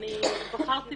אני בחרתי